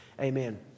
Amen